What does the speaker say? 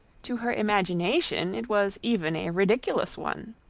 to her imagination it was even a ridiculous one,